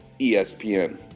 ESPN